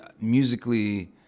musically